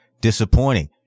disappointing